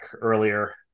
earlier